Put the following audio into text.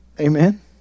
Amen